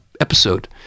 episode